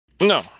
No